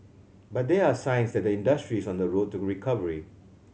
but there are signs that the industry is on the road to recovery